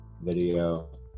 video